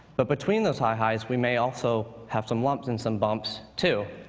but between those high highs, we may also have some lumps and some bumps too.